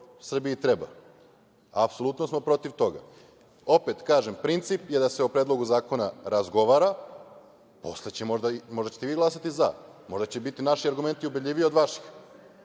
Srbiji treba. Apsolutno smo protiv toga. Opet kažem, princip je da se o Predlogu zakona razgovara, posle možda ćete vi glasati za, možda će biti naši argumenti ubedljiviji od vaših.